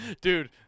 Dude